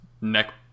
neck